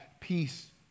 peace